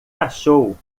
achou